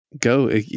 Go